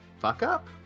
fuck-up